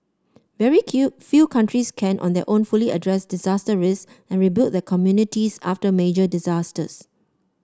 very kill few countries can on their own fully address disaster risks and rebuild their communities after major disasters